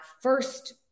first